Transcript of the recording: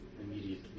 Immediately